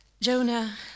Jonah